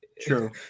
true